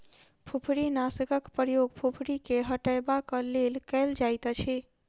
फुफरीनाशकक प्रयोग फुफरी के हटयबाक लेल कयल जाइतअछि